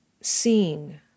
seeing